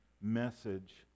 message